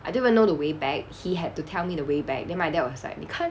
I don't even know the way back he had to tell me the way back then my dad was like 你看